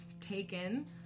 taken